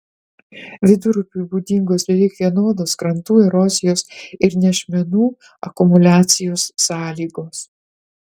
vidurupiui būdingos beveik vienodos krantų erozijos ir nešmenų akumuliacijos sąlygos